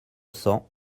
cents